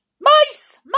Mice